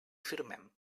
firmem